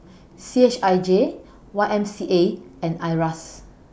C H I J Y M C A and IRAS